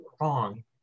wrong